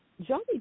Johnny